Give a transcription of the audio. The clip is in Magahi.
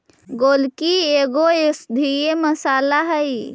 गोलकी एगो औषधीय मसाला हई